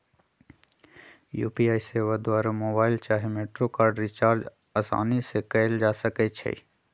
UPI सेवा द्वारा mobile चाहे मेट्रो कार्ड रिचार्ज असानी से कएल जा सकइ छइ